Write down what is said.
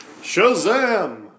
Shazam